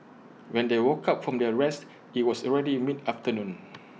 when they woke up from their rest IT was already mid afternoon